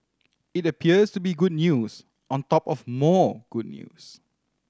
it appears to be good news on top of more good news